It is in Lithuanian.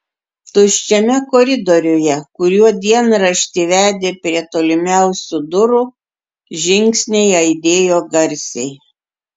tuščiame koridoriuje kuriuo dienraštį vedė prie tolimiausių durų žingsniai aidėjo garsiai